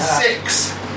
Six